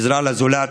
עזרה לזולת,